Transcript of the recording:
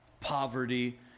poverty